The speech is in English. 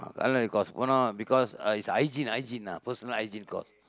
culinary course போனா :poonaa because it's hygiene hygiene uh personal hygiene course